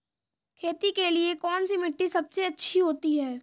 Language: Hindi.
खेती के लिए कौन सी मिट्टी सबसे अच्छी है?